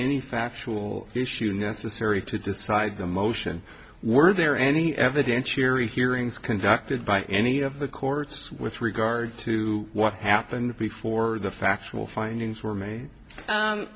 any factual issue necessary to decide the motion were there any evidentiary hearings conducted by any of the courts with regard to what happened before the factual findings were